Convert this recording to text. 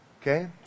Okay